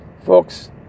folks